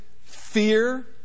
fear